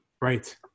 Right